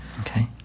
Okay